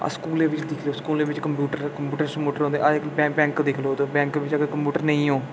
एह् स्कूलें बिच दिक्खी लैओ स्कूलें बिच कंप्यूटर शम्पूटर होंदे अज्ज बैंक दिक्खी लैओ तुस अगर बैंक बिच अगर कंप्यूटर नेईं होन